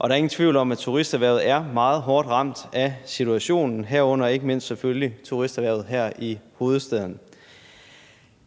der er ingen tvivl om, at turisterhvervet er meget hårdt ramt af situationen, herunder ikke mindst, selvfølgelig, turisterhvervet her i hovedstaden.